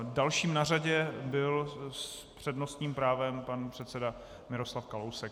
Dalším na řadě byl s přednostním právem pan předseda Miroslav Kalousek.